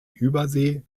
übersee